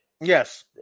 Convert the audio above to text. yes